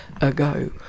ago